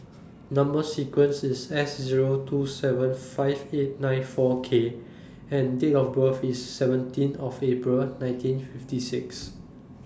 Number sequence IS S Zero two seven five eight nine four K and Date of birth IS seventeen of April nineteen fifty six